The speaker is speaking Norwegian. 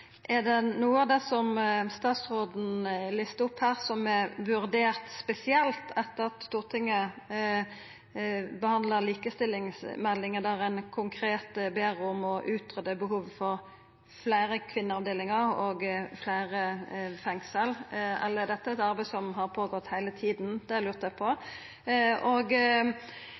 Er det noko av det statsråden lista opp her som spesielt er vurdert etter at Stortinget behandla likestillingsmeldinga, der ein konkret ber om å greia ut behovet for fleire kvinneavdelingar og fleire fengsel? Eller er dette eit arbeid som har gått føre seg heile tida? Det lurte eg på.